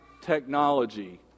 technology